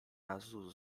razu